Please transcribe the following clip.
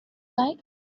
like